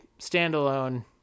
standalone